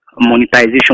monetization